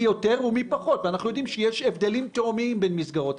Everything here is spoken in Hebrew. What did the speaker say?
ואנחנו מודעים להבדלים התהומיים בין מסגרות,